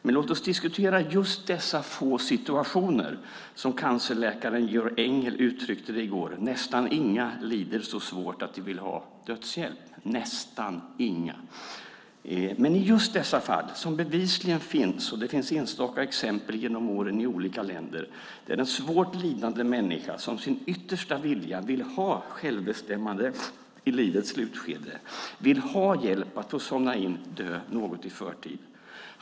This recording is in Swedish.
Men låt oss diskutera just dessa få situationer. Som cancerläkaren Georg Engel uttryckte det i går: "Nästan inga lider så svårt att de vill ha dödshjälp." Det är nästan inga. Men jag tänker på just dessa fall, som bevisligen finns. Det har funnits enstaka exempel genom åren i olika länder. En svårt lidande människa vill då som sin yttersta vilja ha självbestämmande i livets slutskede, vill ha hjälp att få somna in och dö något i förtid.